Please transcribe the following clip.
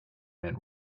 man